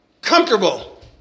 comfortable